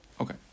Okay